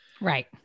Right